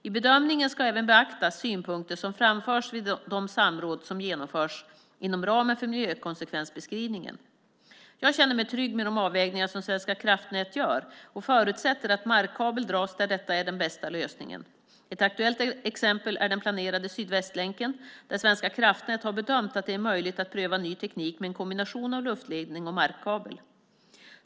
I bedömningen ska även beaktas synpunkter som framförs vid de samråd som genomförs inom ramen för miljökonsekvensbeskrivningen. Jag känner mig trygg med de avvägningar som Svenska kraftnät gör och förutsätter att markkabel dras där detta är den bästa lösningen. Ett aktuellt exempel är den planerade Sydvästlänken, där Svenska kraftnät har bedömt att det är möjligt att pröva ny teknik med en kombination av luftledning och markkabel.